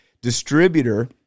distributor